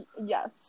yes